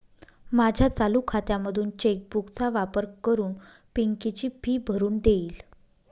माझ्या चालू खात्यामधून चेक बुक चा वापर करून पिंकी ची फी भरून देईल